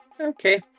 Okay